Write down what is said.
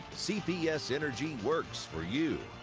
cps energy works for you.